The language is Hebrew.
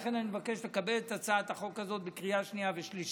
לכן אני מבקש לקבל את הצעת החוק הזאת בקריאה שנייה ושלישית,